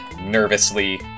nervously